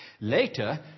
Later